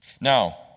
Now